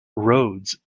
rhodes